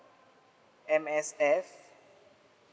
M_S_F